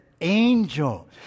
angel